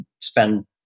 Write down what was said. spend